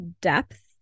depth